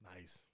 Nice